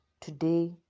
today